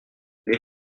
les